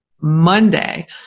Monday